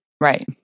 Right